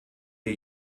wir